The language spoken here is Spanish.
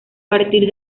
partir